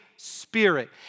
Spirit